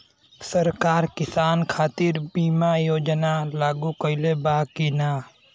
सरकार किसान खातिर बीमा योजना लागू कईले बा की ना?